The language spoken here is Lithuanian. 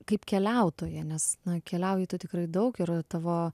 kaip keliautoją nes na keliauji tu tikrai daug ir tavo